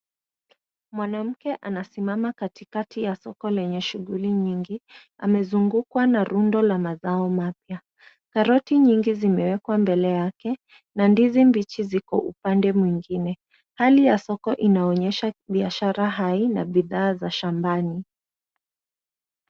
Mwanamke anasimama katikati ya soko lenye shughuli nyingi. Amezungukwa na rundo la mazao mapya. Raki nyingi zimewekwa mbele yake na ndizi mbichi ziko upande mwingine. Hali ya soko inaonyesha biashara hai na bidhaa za shambani.